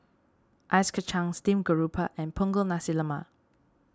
Ice Kachang Steamed Garoupa and Punggol Nasi Lemak